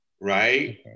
right